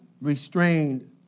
restrained